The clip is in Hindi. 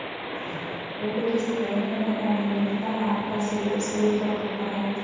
ऋण किश्त देने में अनियमितता आपका सिबिल स्कोर कम करता है